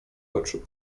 oczu